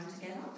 together